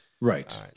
right